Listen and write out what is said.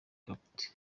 carpet